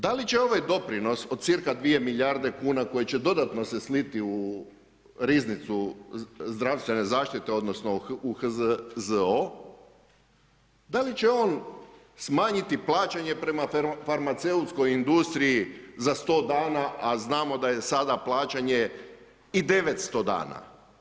Da li će ovaj doprinos od cca 2 milijarde kuna koji će dodatno se sliti u riznicu zdravstvene zaštite odnosno u HZZO, da li će on smanjiti plaćanje prema farmaceutskoj industriji za 100 dana, a znamo da je sada plaćanje i 900 dana.